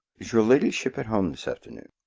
is your ladyship at home this afternoon?